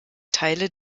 teile